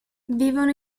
vivono